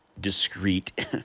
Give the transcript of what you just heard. discreet